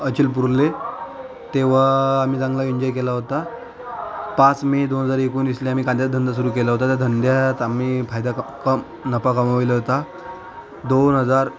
अचलपूरला तेव्हा आम्ही चांगला एन्जॉय केला होता पाच मे दोन हजार एकोणिसला आम्ही कांद्याचा धंदा सुरू केला होता त्या धंद्यात आम्ही फायदा क कम नफा कमविला होता दोन हजार